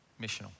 missional